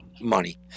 money